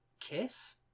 Kiss